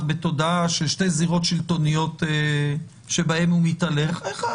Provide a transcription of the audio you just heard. בתודעה של שתי זירות שלטוניות שבהן הוא מתהלך האחת,